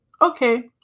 okay